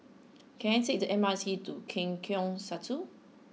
can I take the M R T to Lengkok Satu